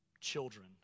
Children